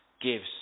gives